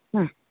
ह